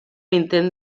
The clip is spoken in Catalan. intent